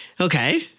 Okay